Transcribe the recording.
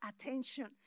attention